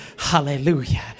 hallelujah